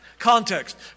Context